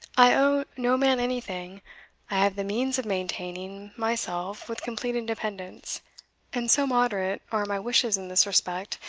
i owe no man anything i have the means of maintaining, myself with complete independence and so moderate are my wishes in this respect,